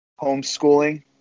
homeschooling